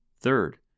Third